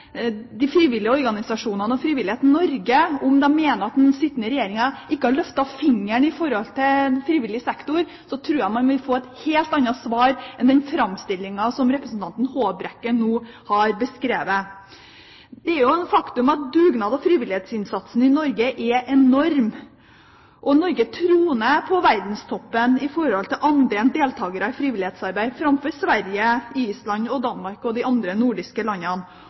de frivillige organisasjonene og Frivillighet Norge om de mener at den sittende regjeringen ikke har løftet en finger for frivillig sektor, tror jeg man vil få et helt annet svar enn den framstillingen som representanten Håbrekke nå har gitt. Det er et faktum at dugnads- og frivillighetsinnsatsen i Norge er enorm. Norge troner på verdenstoppen i forhold til andelen deltakere i frivillighetsarbeid framfor Sverige, Island og Danmark – andre nordiske